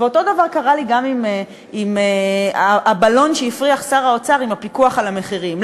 אותו דבר קרה לי גם עם הבלון שהפריח שר האוצר עם הפיקוח על המחירים.